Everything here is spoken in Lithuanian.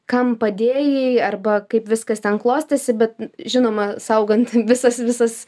kam padėjai arba kaip viskas ten klostėsi bet žinoma saugant visas visas